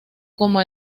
como